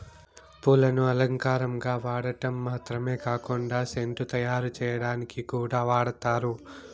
పూలను అలంకారంగా వాడటం మాత్రమే కాకుండా సెంటు తయారు చేయటానికి కూడా వాడతారు